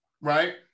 right